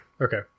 Okay